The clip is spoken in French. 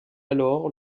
alors